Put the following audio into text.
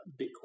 Bitcoin